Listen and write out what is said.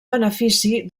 benefici